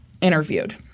interviewed